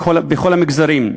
בכל המגזרים,